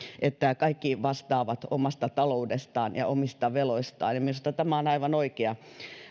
että kaikki vastaavat omasta taloudestaan ja omista veloistaan minusta on aivan oikea